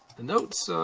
the notes